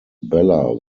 bella